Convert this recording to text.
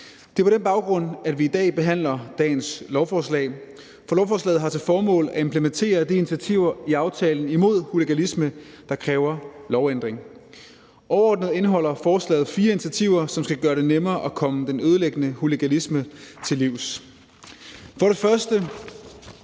det er på den baggrund, vi behandler dagens lovforslag. For lovforslaget har til formål at implementere de initiativer i aftalen imod hooliganisme, der kræver en lovændring. Overordnet indeholder forslaget fire initiativer, som skal gøre det nemmere at komme den ødelæggende hooliganisme til livs. Det handler